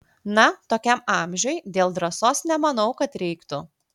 na tokiam amžiuj dėl drąsos nemanau kad reiktų